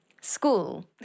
school